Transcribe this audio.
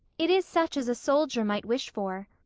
it is such as a soldier might wish for.